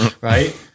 right